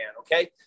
okay